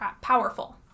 powerful